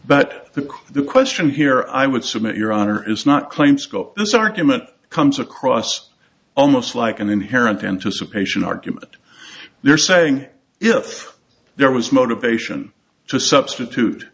but the the question here i would submit your honor is not claim scope this argument comes across almost like an inherent anticipation argument you're saying if there was motivation to substitute